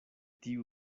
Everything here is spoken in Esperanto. tiu